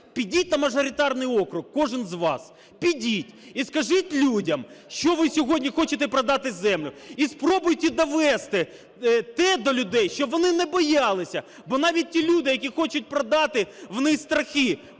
підіть на мажоритарний округ кожен з вас, підіть і скажіть людям, що ви сьогодні хочете продати землю, і спробуйте довести те до людей, щоб вони не боялися. Бо навіть ті люди, які хочуть продати, у них – страхи,